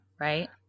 Right